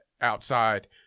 outside